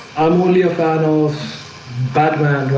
i'm only a fan of batman